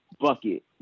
Bucket